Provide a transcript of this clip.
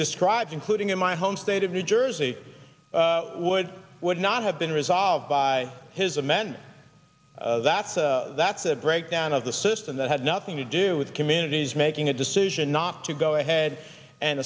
describes including in my home state of new jersey would would not have been resolved by his amendment that's that's a breakdown of the system that had nothing to do with communities making a decision not to go ahead and